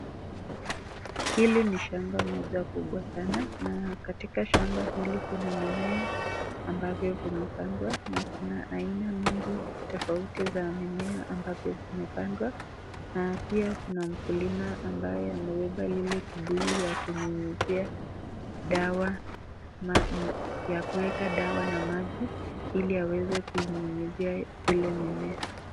Hili ni shamba moja kubwa sana na katika shamba hili kuna mimea ambavyo vimepandwa na kuna aina mingi tofauti za mimea ambavyo vimepandwa na pia kuna mkulima ambaye amebeba lile kibuyu ya kunyunyizia dawa na ya kuweka dawa na maji ili aweze kuinyunyizia zile mimea.